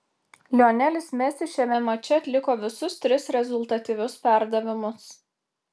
lionelis messi šiame mače atliko visus tris rezultatyvius perdavimus